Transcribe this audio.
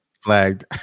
flagged